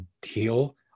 deal